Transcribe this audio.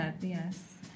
yes